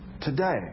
today